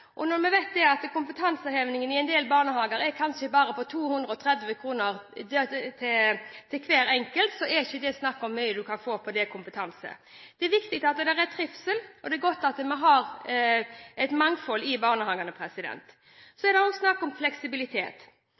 Når vi vet at kompetansehevingen i en del barnehager kanskje bare utgjør 230 kr til hver enkelt, så er det ikke mye en kan få ut av kompetanseheving. Det er viktig at det er trivsel, og det er godt at vi har et mangfold i barnehagene. Det er også snakk om fleksibilitet.